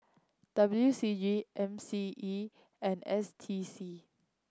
W C G M C E and S T C